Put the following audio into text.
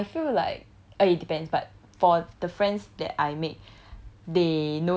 as in I feel like eh it depends but for the friends that I made